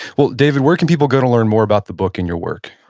well david, where can people go to learn more about the book and your work?